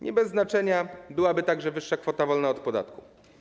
Nie bez znaczenia byłaby także wyższa kwota wolna od podatku.